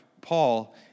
Paul